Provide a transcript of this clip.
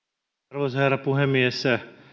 arvoisa herra puhemies